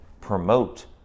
promote